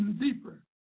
deeper